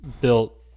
built